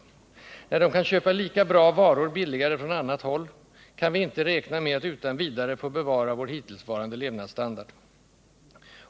När de 26 oktober 1978 kan köpa lika bra varor billigare från annat håll, kan vi inte räkna med att utan vidare få bevara vår hittillsvarande levnadsstandard.